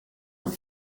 een